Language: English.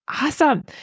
Awesome